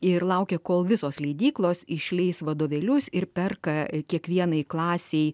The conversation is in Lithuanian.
ir laukia kol visos leidyklos išleis vadovėlius ir perka kiekvienai klasei